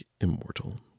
immortal